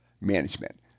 management